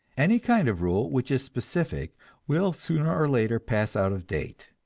any kind of rule which is specific will sooner or later pass out of date.